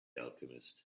alchemist